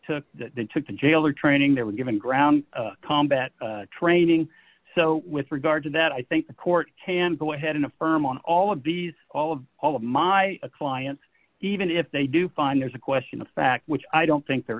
took that took the jailer training they were given ground combat training so with regard to that i think the court can go ahead and affirm on all of these all of all of my clients even if they do find there's a question of fact which i don't think there